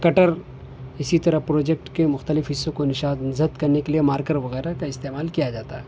کٹر اسی طرح پروجیکٹ کے مختلف حصوں کو نشان زد کرنے کے لیے مارکر وغیرہ کا استعمال کیا جاتا ہے